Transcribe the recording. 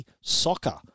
Soccer